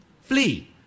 Flee